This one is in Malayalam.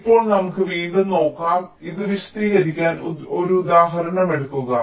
ഇപ്പോൾ നമുക്ക് വീണ്ടും നോക്കാം ഇത് വിശദീകരിക്കാൻ ഒരു ഉദാഹരണം എടുക്കുക